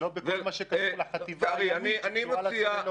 לא בכל מה שקשור לחטיבה הימית, שקשורה לצוללות.